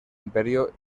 imperio